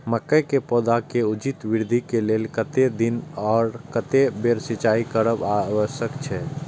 मके के पौधा के उचित वृद्धि के लेल कतेक दिन आर कतेक बेर सिंचाई करब आवश्यक छे?